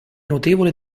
notevole